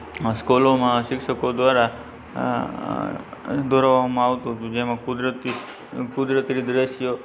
સ્કૂલોમાં શિક્ષકો દ્વારા દોરાવવામાં આવતું હતું જેમાં કુદરતી કુદરતી દૃશ્યો